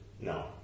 No